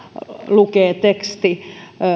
lukee teksti